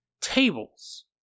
tables